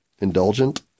indulgent